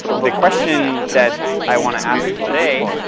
the question that i wanna ask today,